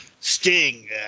Sting